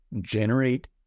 generate